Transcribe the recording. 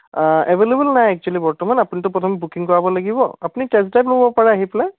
available নাই actually বৰ্তমান আপুনিতো প্ৰথম বুকিং কৰাব লাগিব আপুনি টেষ্ট ড্ৰাইভ ল'ব পাৰে আহি পেলাই